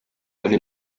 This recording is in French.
avait